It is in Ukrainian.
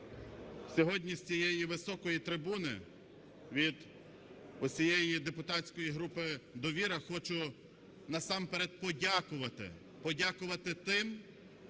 Сьогодні з цієї високої трибуни від всієї депутатської групи "Довіра" хочу насамперед подякувати, подякувати тим,